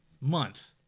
month